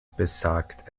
besagt